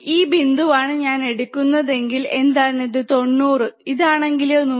ഈ ബിന്ദുവാണ് ഞാൻ എടുക്കുന്നതെങ്കിൽ എന്താണിത് 90° ഇതാണെങ്കിലോ 180°